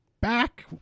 back